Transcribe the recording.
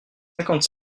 cinquante